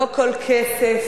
לא הכול כסף.